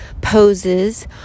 poses